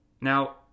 Now